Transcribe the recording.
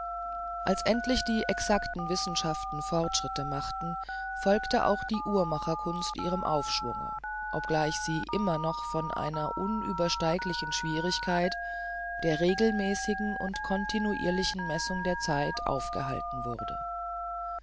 als endlich die exacten wissenschaften fortschritte machten folgte auch die uhrmacherkunst ihrem aufschwunge obgleich sie immer noch von einer unübersteiglichen schwierigkeit der regelmäßigen und continuirlichen messung der zeit aufgehalten wurde